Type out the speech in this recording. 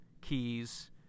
keys